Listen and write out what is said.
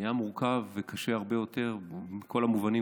זה נהיה מורכב וקשה הרבה יותר בכל המובנים